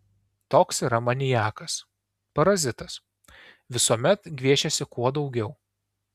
toks yra maniakas parazitas visuomet gviešiasi kuo daugiau